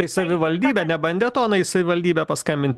tai savivaldybė nebandėt ona į savivaldybę paskambint